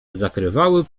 zakrywały